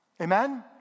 amen